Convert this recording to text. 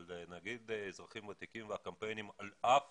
אבל נגיד אזרחים ותיקים והקמפיינים, על אף